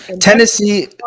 Tennessee